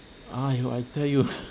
!aiyo! I tell you